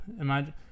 Imagine